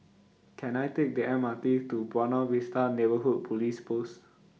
Can I Take The M R T to Buona Vista Neighbourhood Police Post